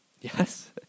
Yes